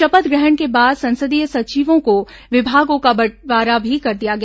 शपथ ग्रहण के बाद संसदीय सचिवों को विभागों का बंटवारा भी कर दिया गया